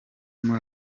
muri